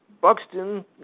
Buxton